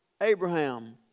Abraham